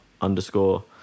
underscore